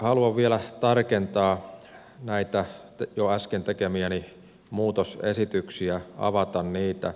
haluan vielä tarkentaa näitä jo äsken tekemiäni muutosesityksiä avata niitä